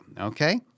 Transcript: okay